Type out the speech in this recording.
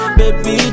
baby